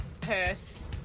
purse